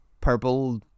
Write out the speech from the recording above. purple